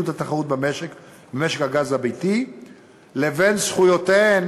התחרות במשק הגז הביתי לבין זכויותיהן